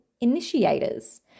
initiators